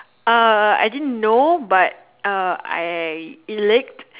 uh I didn't know but uh I it leak